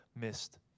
missed